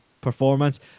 performance